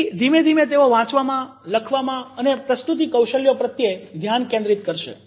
તેથી ધીમે ધીમે તેઓ વાંચવામાં લખવામાં અને પ્રસ્તુતિ કૌશલ્યો પ્રત્યે ધ્યાન કેન્દ્રિત કરશે